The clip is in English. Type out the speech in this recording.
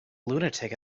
lunatic